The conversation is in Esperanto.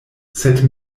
sed